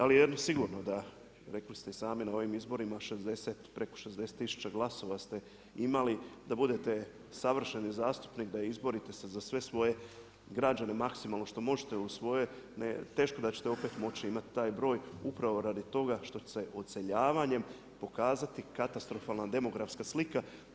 Ali jedno je sigurno da, rekli ste i sami na ovim izborima preko 60 tisuća glasova ste imali da budete savršeni zastupnik, da izborite se za sve svoje građane maksimalno što možete uz svoje, teško da ćete opet moći imati taj broj upravo radi toga što će se odseljavanjem pokazati katastrofalna slika.